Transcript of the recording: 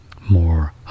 more